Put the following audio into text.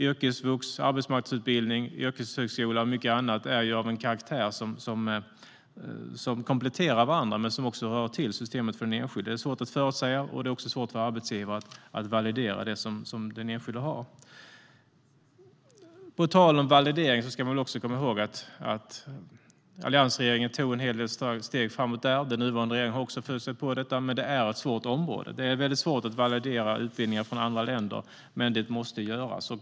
Yrkesvux, arbetsmarknadsutbildning, yrkeshögskola och mycket annat är av en karaktär som kompletterar varandra och som rör till systemet för den enskilde. Det är svårt att förutsäga, och det är svårt för arbetsgivare att validera. På tal om validering ska vi komma ihåg att alliansregeringen tog en del steg framåt där. Den nuvarande regeringen har också försökt sig på detta, men det är ett svårt område. Det är svårt att validera utbildningar från andra länder, men det måste göras.